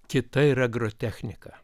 kita ir agrotechnika